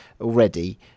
already